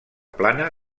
plana